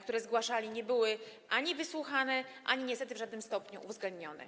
które zgłaszano, nie były ani wysłuchane, ani niestety w żadnym stopniu uwzględnione.